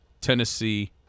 Tennessee